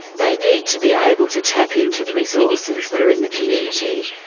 they need to be able to tap into the resources that are in the community,